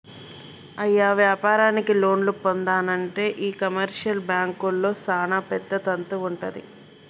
అయ్య వ్యాపారానికి లోన్లు పొందానంటే ఈ కమర్షియల్ బాంకుల్లో సానా పెద్ద తంతు వుంటది